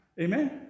Amen